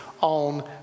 on